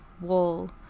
wool